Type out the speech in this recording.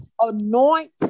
anoint